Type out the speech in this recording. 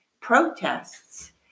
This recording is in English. protests